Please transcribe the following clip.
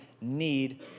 need